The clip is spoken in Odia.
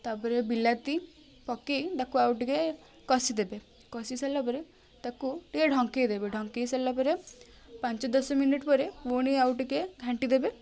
ତା'ପରେ ବିଲାତି ପକାଇ ତାକୁ ଆଉ ଟିକେ କଷିଦେବେ କଷିସାରିଲା ପରେ ତାକୁ ଟିକେ ଢଙ୍କାଇ ଦେବେ ଢଙ୍କାଇ ସାରିଲା ପରେ ପାଞ୍ଚ ଦଶ ମିନିଟ୍ ପରେ ପୁଣି ଆଉ ଟିକେ ଘାଣ୍ଟି ଦେବେ